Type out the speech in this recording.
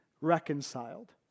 reconciled